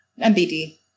MBD